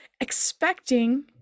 expecting